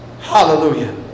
Hallelujah